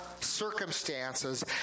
circumstances